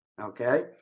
Okay